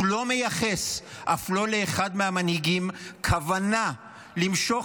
הוא לא מייחס אף לא לאחד מהמנהיגים כוונה למשוך